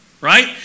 right